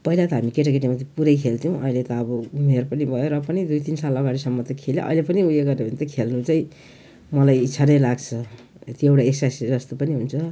पहिला त हामी केटाकेटीमा त पुरै खेल्थ्यौँ अहिले त अब उमेर पनि भयो र पनि दुई तिन साल अगाडिसम्म त खेलेँ अहिले पनि उयो गर्यो भने त खेल्नु चाहिँ मलाई इच्छा नै लाग्छ यति एउटा एक्ससाइज जस्तो पनि हुन्छ